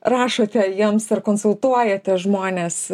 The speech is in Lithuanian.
rašote jiems ar konsultuojate žmones